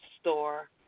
store